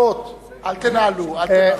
הסעות, אל תנהלו, אל תנהלו.